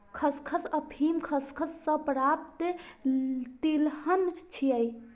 खसखस अफीम खसखस सं प्राप्त तिलहन छियै